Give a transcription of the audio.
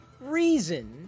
reason